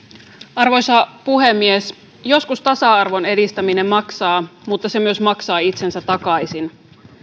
arvoisa puhemies joskus tasa arvon edistäminen maksaa mutta se myös maksaa itsensä takaisin